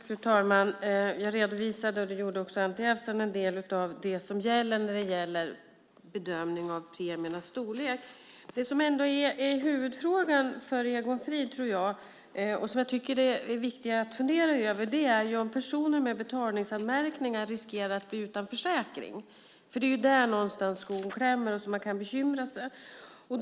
Fru talman! Jag redovisade, och det gjorde också Anti Avsan, en del av det som gäller i fråga om bedömning av premiernas storlek. Det som ändå är huvudfrågan, tror jag, för Egon Frid, och som det också är viktigt att fundera över, är om personer med betalningsanmärkningar riskerar att bli utan försäkring. Det är ju där någonstans, tror jag, som skon klämmer, och det är det man kan bekymra sig över.